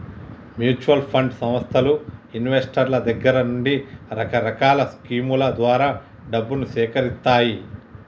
mutual fund సంస్థలు ఇన్వెస్టర్ల దగ్గర నుండి రకరకాల స్కీముల ద్వారా డబ్బును సేకరిత్తాయి